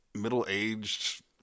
middle-aged